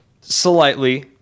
slightly